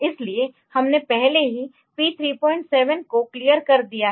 इसलिए हमने पहले ही P37 को क्लियर कर दिया है